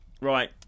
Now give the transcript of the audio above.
Right